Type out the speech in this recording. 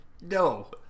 no